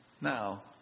now